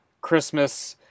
Christmas